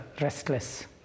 restless